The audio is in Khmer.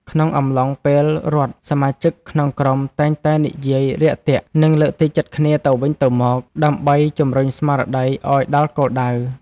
ក្នុងអំឡុងពេលរត់ សមាជិកក្នុងក្រុមតែងតែនិយាយរាក់ទាក់ និងលើកទឹកចិត្តគ្នាទៅវិញទៅមកដើម្បីជម្រុញស្មារតីឱ្យដល់គោលដៅ។